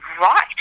right